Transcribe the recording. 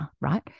right